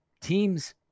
teams